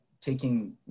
taking